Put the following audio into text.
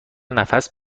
نفس